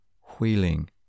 wheeling